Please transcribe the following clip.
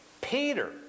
Peter